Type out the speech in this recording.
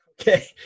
Okay